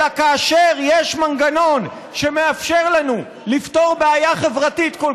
אלא כאשר יש מנגנון שמאפשר לנו לפתור בעיה חברתית כל